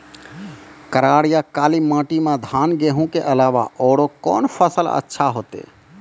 करार या काली माटी म धान, गेहूँ के अलावा औरो कोन फसल अचछा होतै?